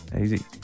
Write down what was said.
Easy